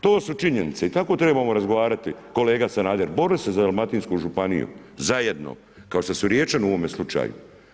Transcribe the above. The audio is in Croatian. To su činjenice i tako trebamo razgovarati kolega Sanader, boriti se za Dalmatinsku županiju zajedno kao što su Riječani u ovome slučaju.